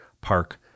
park